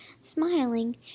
Smiling